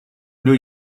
new